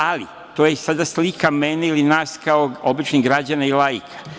Ali, to je sada slika mene ili nas kao običnih građana i laika.